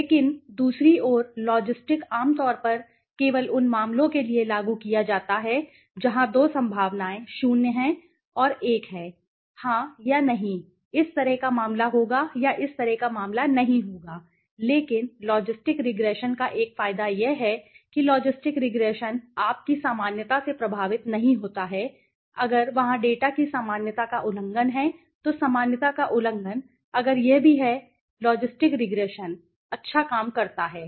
लेकिन दूसरी ओर लॉजिस्टिक आमतौर पर केवल उन मामलों के लिए लागू किया जाता है जहां 2 संभावनाएं 0 हैं और 1 हां या नहीं इस तरह का मामला होगा या इस तरह का मामला नहीं होगा लेकिन लॉजिस्टिक रिग्रेशन का एक फायदा यह है कि लॉजिस्टिक रिग्रेशन आप की सामान्यता से प्रभावित नहीं होता है अगर वहाँ डेटा की सामान्यता का उल्लंघन है तो सामान्यता का उल्लंघन अगर यह अभी भी है लॉजिस्टिक रिग्रेशन अच्छा काम करता है